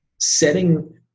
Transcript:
setting